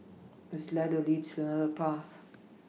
this ladder leads to a path